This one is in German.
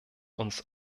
uns